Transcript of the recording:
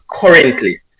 currently